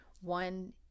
one